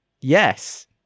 yes